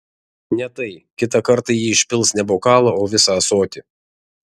ne tai kitą kartą ji išpils ne bokalą o visą ąsotį